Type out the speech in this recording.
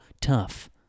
tough